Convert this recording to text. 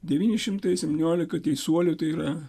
devyni šimtai septyniolika teisuolių tai yra